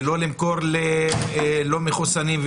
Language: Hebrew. לא למכור לאנשים לא מחוסנים,